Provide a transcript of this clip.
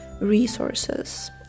resources